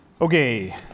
Okay